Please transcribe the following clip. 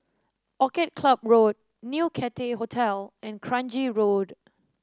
Orchid Club Road New Cathay Hotel and Kranji Road